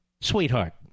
sweetheart